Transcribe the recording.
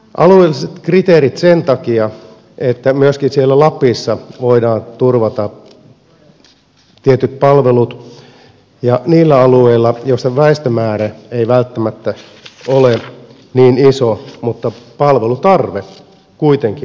alueelliset kriteerit tulisi olla sen takia että voidaan turvata tietyt palvelut myöskin siellä lapissa ja niillä alueilla joilla väestömäärä ei välttämättä ole niin iso mutta palvelutarve kuitenkin on olemassa